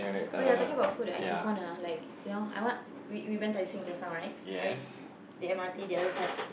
oh ya talking about food right I just want to like you know I want we went went Tai-Seng just now right I mean the m_r_t the other side